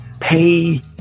pay